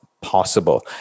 possible